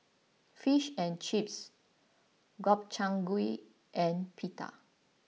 Fish and Chips Gobchang Gui and Pita